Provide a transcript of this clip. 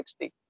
60